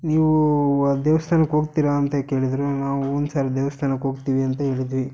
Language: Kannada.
ನೀವು ಆ ದೇವ್ಸ್ಥಾನಕ್ಕೆ ಹೋಗ್ತೀರಾ ಅಂತ ಕೇಳಿದರು ನಾವು ಹ್ಞೂನ್ ಸರ್ ದೇವ್ಸ್ಥಾನಕ್ಕೆ ಹೋಗ್ತೀವಿ ಅಂತ ಹೇಳಿದ್ವಿ